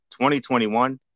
2021